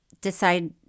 decide